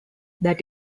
that